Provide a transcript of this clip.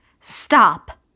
Stop